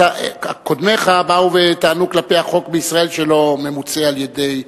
קודמיך באו וטענו כלפי החוק בישראל שהוא לא ממוצה על-ידי,